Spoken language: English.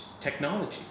technology